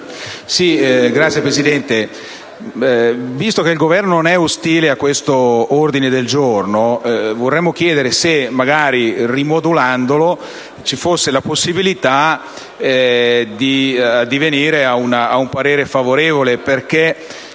Signora Presidente, visto che il Governo non è ostile a questo ordine del giorno, vorremmo chiedere se, riformulandolo, c'è la possibilità di addivenire ad un parere favorevole.